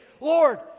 Lord